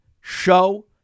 show